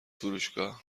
فروشگاه